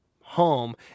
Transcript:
home